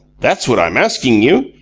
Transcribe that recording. that's what i'm asking you.